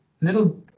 little